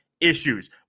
issues